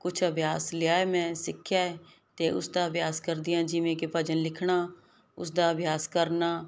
ਕੁਛ ਅਭਿਆਸ ਲਿਆ ਮੈਂ ਸਿੱਖਿਆ ਤੇ ਉਸਦਾ ਅਭਿਆਸ ਕਰਦੀ ਆਂ ਜਿਵੇਂ ਕਿ ਭਜਨ ਲਿਖਣਾ ਉਸਦਾ ਅਭਿਆਸ ਕਰਨਾ